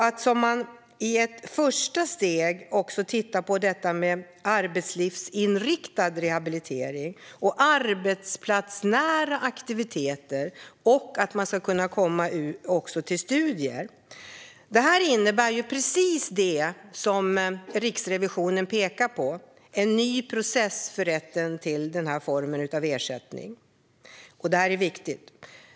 Att i ett första steg titta på arbetslivsinriktad rehabilitering och arbetsplatsnära aktiviteter och också studier innebär precis det som Riksrevisionen pekar på: en ny process för rätten till denna form av ersättning. Detta är viktigt.